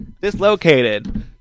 dislocated